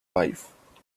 wife